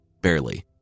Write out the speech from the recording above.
barely